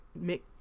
make